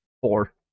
Four